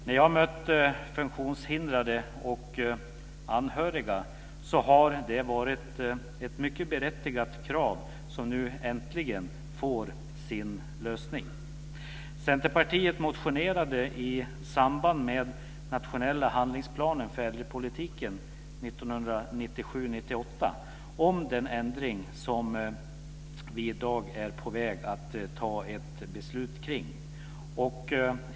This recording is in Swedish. När jag har mött funktionshindrade och anhöriga har det varit ett mycket berättigat krav, och det tillgodoses nu äntligen. 1997/98 om den ändring som vi i dag är på väg att fatta beslut kring.